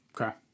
Okay